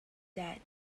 that